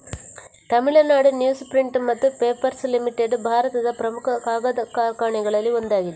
Tamil Nadu newsprint ಮತ್ತು papers limited ಭಾರತದ ಪ್ರಮುಖ ಕಾಗದ ಕಾರ್ಖಾನೆಗಳಲ್ಲಿ ಒಂದಾಗಿದೆ